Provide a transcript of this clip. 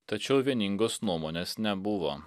tačiau vieningos nuomonės nebuvo